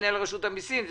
מנהל רשות המיסים,